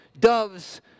doves